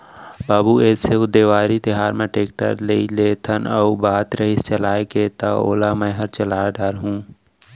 बाबू एसो देवारी तिहार म टेक्टर लेइ लेथन अउ रहिस बात चलाय के त ओला मैंहर चला डार हूँ